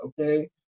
Okay